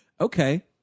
okay